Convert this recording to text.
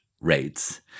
rates